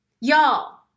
Y'all